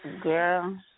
Girl